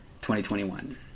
2021